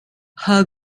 her